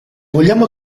vogliamo